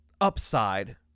upside